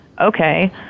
Okay